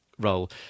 Role